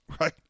right